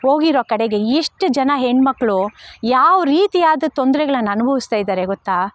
ಹೋಗಿರೋ ಕಡೆಗೆ ಎಷ್ಟು ಜನ ಹೆಣ್ಮಕ್ಳು ಯಾವ ರೀತಿಯಾದ ತೊಂದ್ರೆಗಳನ್ನು ಅನುಭವಿಸ್ತಾಯಿದ್ದಾರೆ ಗೊತ್ತ